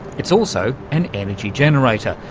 it's also an energy generator,